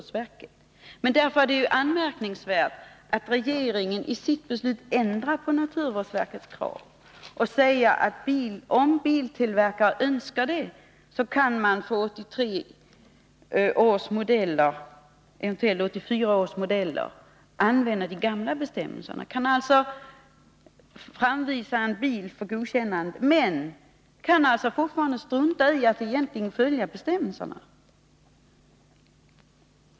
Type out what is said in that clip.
Det är därför anmärkningsvärt att regeringen i sitt beslut ändrar på naturvårdsverkets krav och säger att de biltillverkare som så önskar kan använda de gamla bestämmelserna för 1983 års och eventuellt 1984 års modeller. Biltillverkarna kan alltså visa upp en bil för godkännande men sedan strunta i att egentligen följa bestämmelserna.